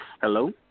Hello